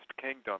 kingdom